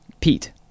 pete